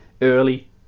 early